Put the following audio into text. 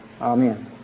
amen